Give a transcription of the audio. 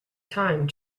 time